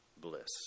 bliss